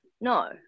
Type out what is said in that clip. no